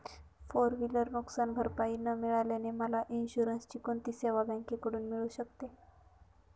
Four wheeler नुकसानभरपाई न मिळाल्याने मला इन्शुरन्सची कोणती सेवा बँकेकडून मिळू शकते?